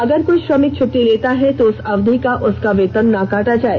यदि कोई श्रमिक छुट्टी लेता है तो उस अवधि का उसका वेतन न काटा जाए